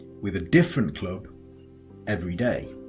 with a different club every day.